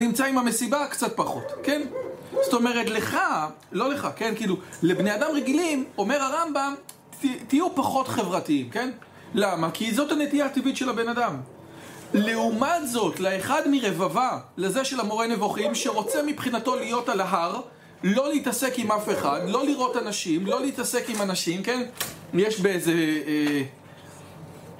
נמצא עם המסיבה קצת פחות, כן? זאת אומרת, לך, לא לך, כן? כאילו, לבני אדם רגילים, אומר הרמב"ן, תהיו פחות חברתיים, כן? למה? כי זאת הנטייה הטבעית של הבן אדם. לעומת זאת, לאחד מרבבה, לזה של המורה הנבוכים, שרוצה מבחינתו להיות על ההר, לא להתעסק עם אף אחד, לא לראות אנשים, לא להתעסק עם אנשים, כן? יש באיזה...